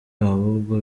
ahubwo